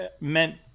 meant